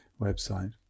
website